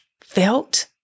felt